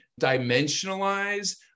dimensionalize